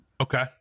Okay